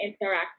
interact